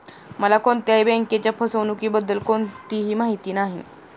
मला कोणत्याही बँकेच्या फसवणुकीबद्दल कोणतीही माहिती नाही